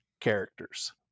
characters